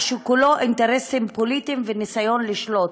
שכולו אינטרסים פוליטיים וניסיון לשלוט,